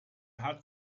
hat